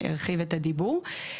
ירחיב את הדיבור.